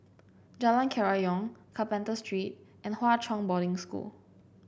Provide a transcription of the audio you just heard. Jalan Kerayong Carpenter Street and Hwa Chong Boarding School